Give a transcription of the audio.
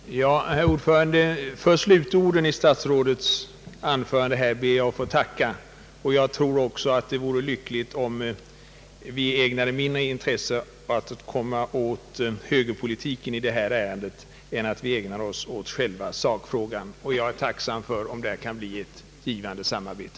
Herr talman! Jag ber att få tacka för slutorden i statsrådet senaste anföran de. För Övrigt tror jag att det vore lyckligare om statsrådet ägnade mindre intresse åt att komma åt högerpolitiken i järnvägsfrågan och att vi i stället mer ägnade oss åt sakfrågan. Även jag vore tacksam om vi då kunde få ett givande samarbete.